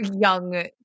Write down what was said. young